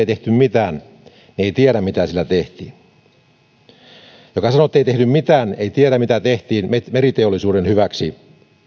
tehty mitään ei tiedä mitä siellä tehtiin joka sanoo ettei tehty mitään ei tiedä mitä tehtiin meriteollisuuden hyväksi